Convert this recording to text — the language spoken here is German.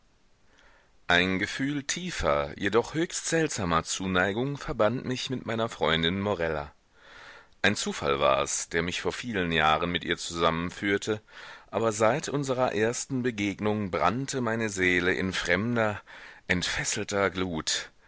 ein gefühl tiefer jedoch höchst seltsamer zuneigung verband mich mit meiner freundin morella ein zufall war's der mich vor vielen jahren mit ihr zusammenführte aber seit unserer ersten begegnung brannte meine seele in fremder entfesselter glut